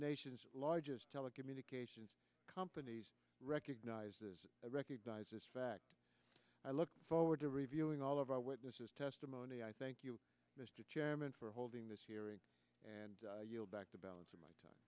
nation's largest telecommunications companies recognizes recognize this fact i look forward to reviewing all of our witnesses testimony i thank you mr chairman for holding this hearing and yield back the balance